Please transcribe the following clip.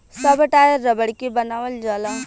सब टायर रबड़ के बनावल जाला